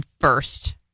first